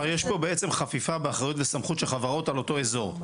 כלומר יש פה בעצם חפיפה באחריות וסמכות של חברות על אותו אזור.